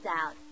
out